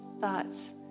thoughts